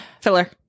Filler